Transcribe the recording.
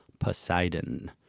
Poseidon